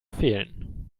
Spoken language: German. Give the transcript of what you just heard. fehlen